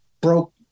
broke